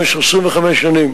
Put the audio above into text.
למשך 25 שנים,